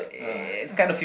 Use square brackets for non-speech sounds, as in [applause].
[breath]